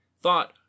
thought